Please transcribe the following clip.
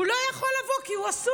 הוא לא יכול לבוא כי הוא עסוק,